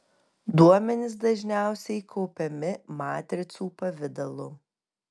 duomenys dažniausiai kaupiami matricų pavidalu